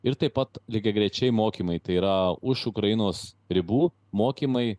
ir taip pat lygiagrečiai mokymai tai yra už ukrainos ribų mokymai